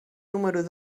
número